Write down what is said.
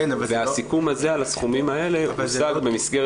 והסיכום הזה על הסכומים האלה הושג במסגרת